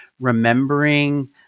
remembering